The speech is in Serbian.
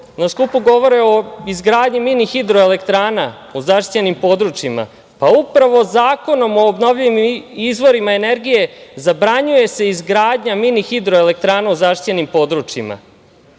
skupu govore o izgradnji mini hidroelektrana o zaštićenim područjima, pa upravo Zakonom o obnovljivim izvorima energije zabranjuje se izgradnja mini hidroelektrana u zaštićenim područjima. Tako